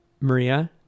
Maria